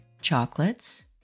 chocolates